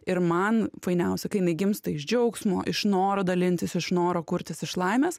ir man fainiausia kai jinai gimsta iš džiaugsmo iš noro dalintis iš noro kurtis iš laimės